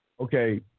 Okay